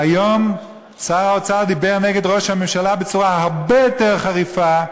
והיום שר האוצר דיבר נגד ראש הממשלה בצורה הרבה יותר חריפה,